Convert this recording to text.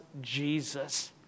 Jesus